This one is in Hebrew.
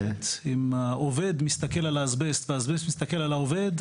אם העובד מסתכל על האסבסט והאסבסט מסתכל על העובד,